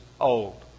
old